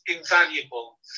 invaluable